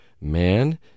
man